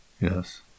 Yes